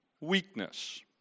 weakness